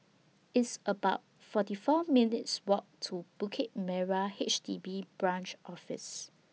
It's about forty four minutes' Walk to Bukit Merah H D B Branch Office